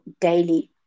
daily